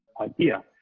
idea